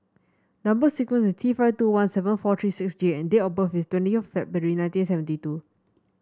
number sequence is T five two one seven four three six J and date of birth is twenty of February nineteen seventy two